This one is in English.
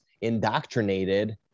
indoctrinated